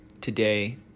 today